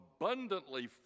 abundantly